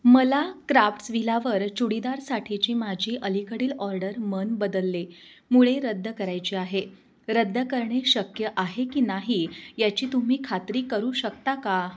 मला क्राफ्ट्सविलावर चुडीदारसाठीची माझी अलीकडील ऑर्डर मन बदलले मुळे रद्द करायची आहे रद्द करणे शक्य आहे की नाही याची तुम्ही खात्री करू शकता का